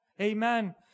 Amen